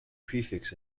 prefix